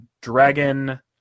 dragon